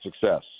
success